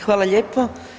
Hvala lijepo.